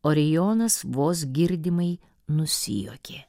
orijonas vos girdimai nusijuokė